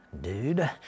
dude